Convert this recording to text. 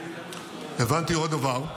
הבנתי עוד דבר,